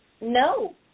no